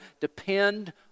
depend